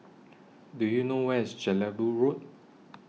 Do YOU know Where IS Jelebu Road